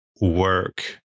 work